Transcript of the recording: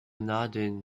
nadeln